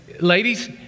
ladies